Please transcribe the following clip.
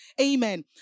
Amen